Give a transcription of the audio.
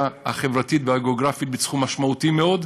החברתית והגיאוגרפית בסכום משמעותי מאוד,